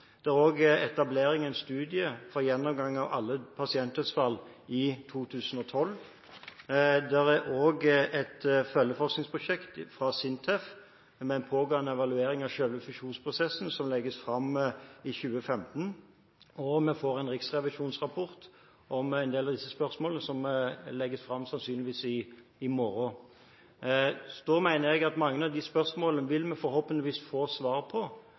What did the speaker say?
Det er under etablering en studie for gjennomgang av alle pasientdødsfall i 2012. Det er også et følgeforskningsprosjekt fra SINTEF om en pågående evaluering av selve fusjonsprosessen, som legges fram i 2015. Vi får en riksrevisjonsrapport om en del av disse spørsmålene, som sannsynligvis legges fram i morgen. Jeg mener at mange av disse spørsmålene vil vi forhåpentligvis få svar på.